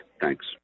Thanks